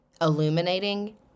illuminating